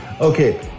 okay